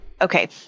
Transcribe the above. Okay